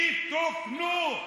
יתוקנו.